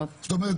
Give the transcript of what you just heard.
זאת אומרת,